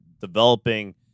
developing